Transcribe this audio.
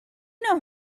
know